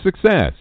success